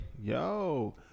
yo